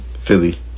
philly